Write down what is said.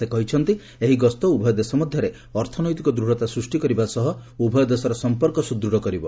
ସେ କହିଛନ୍ତି ଏହି ଗସ୍ତ ଉଭୟ ଦେଶ ମଧ୍ୟରେ ଅର୍ଥନୈତିକ ଦୃଢ଼ତା ସୃଷ୍ଟି କରିବା ସହ ଉଭୟ ଦେଶର ସମ୍ପର୍କ ସୁଦୃଢ଼ କରିବ